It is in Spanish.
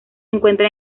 encuentra